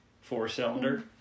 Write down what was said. four-cylinder